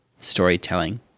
storytelling